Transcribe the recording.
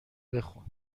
بخون